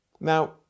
Now